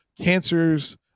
cancers